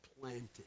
planted